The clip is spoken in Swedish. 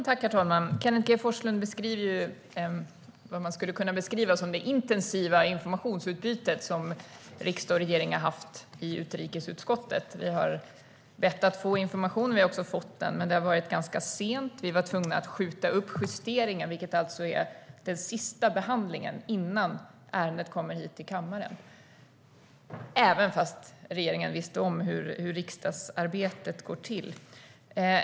Herr talman! Kenneth G Forslund beskriver det intensiva informationsutbytet som riksdag och regering har haft i utrikesutskottet. Vi har bett att få information, och vi har också fått den. Men det har varit ganska sent. Vi var tvungna att skjuta upp justeringen, vilket alltså är den sista behandlingen innan ärendet kommer hit till kammaren, trots att regeringen vet om hur riksdagsarbetet går till.